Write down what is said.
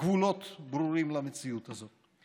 גבולות ברורים למציאות הזאת.